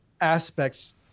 aspects